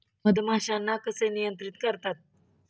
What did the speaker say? मधमाश्यांना कसे नियंत्रित करतात?